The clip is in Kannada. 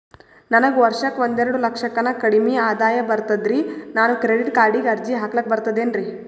ನನಗ ವರ್ಷಕ್ಕ ಒಂದೆರಡು ಲಕ್ಷಕ್ಕನ ಕಡಿಮಿ ಆದಾಯ ಬರ್ತದ್ರಿ ನಾನು ಕ್ರೆಡಿಟ್ ಕಾರ್ಡೀಗ ಅರ್ಜಿ ಹಾಕ್ಲಕ ಬರ್ತದೇನ್ರಿ?